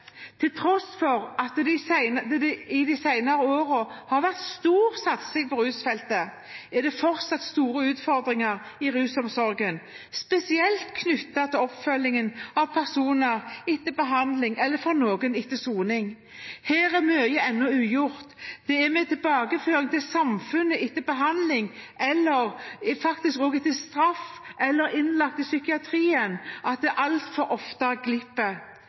Til tross for at det de senere årene har vært en stor satsing på rusfeltet, er det fortsatt store utfordringer i rusomsorgen, spesielt knyttet til oppfølgingen av personer etter behandling eller – for noen – etter soning. Her er mye ennå ugjort. Det er ved tilbakeføring til samfunnet etter behandling, straffegjennomføring eller innleggelse i psykiatrien det altfor ofte glipper.